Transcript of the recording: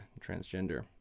transgender